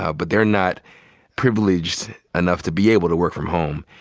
ah but they're not privileged enough to be able to work from home.